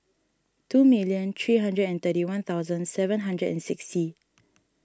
two million three hundred and thirty one thousand seven hundred and sixty